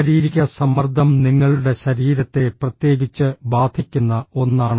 ശാരീരിക സമ്മർദ്ദം നിങ്ങളുടെ ശരീരത്തെ പ്രത്യേകിച്ച് ബാധിക്കുന്ന ഒന്നാണ്